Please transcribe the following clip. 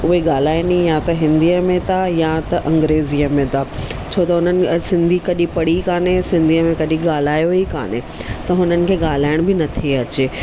उहे ॻाल्हाइनि ई या त हिंदीअ में था या त अंग्रेजीअ में था छो त हुननि सिंधी कॾहिं पढ़ी ई कान्हे सिंधीअ में कॾहिं ॻाल्हायो ई कान्हे त हुननि खे ॻाल्हाइण बि नथी अचे